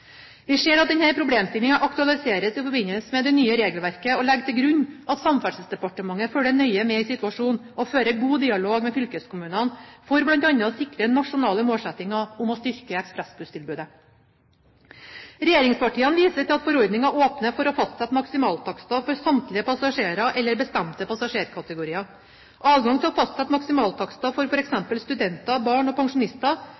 Vi ser at denne problemstillingen aktualiseres i forbindelse med det nye regelverket, og legger til grunn at Samferdselsdepartementet følger nøye med i situasjonen og fører en god dialog med fylkeskommunene for bl.a. å sikre nasjonale målsettinger om å styrke ekspressbusstilbudet. Regjeringspartiene viser til at forordningen åpner for å fastsette maksimaltakster for samtlige passasjerer eller bestemte passasjerkategorier. Adgang til å fastsette maksimaltakster for